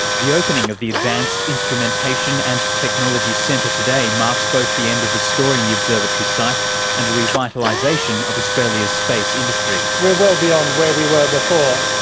the opening of the advanced instrumentation and technology centre today marks both the end of restoring the observatory site and a revitalisation of australia's space industry. we're well beyond where we were before.